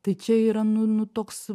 tai čia yra nu nu toks